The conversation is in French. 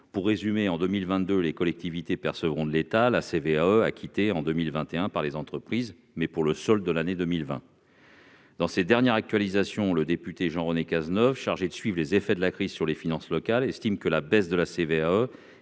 Pour résumer, en 2022, les collectivités territoriales percevront de l'État la CVAE acquittée en 2021 par les entreprises, mais pour le solde de l'année 2020. Dans ses dernières actualisations, le député Jean-René Cazeneuve, chargé de suivre les effets de la crise sur les finances locales, estime que la baisse de la CVAE,